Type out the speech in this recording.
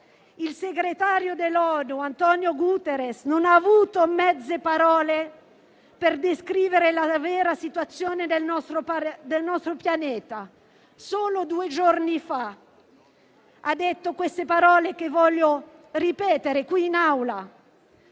il segretario generale dell'ONU Antonio Guterres non ha avuto mezze parole per descrivere la vera situazione del nostro pianeta. Solo due giorni fa ha detto queste parole che voglio ripetere qui in Aula: